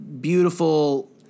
beautiful